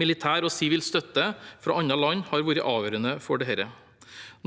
Militær og sivil støtte fra andre land har vært avgjørende for dette.